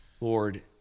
Lord